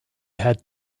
had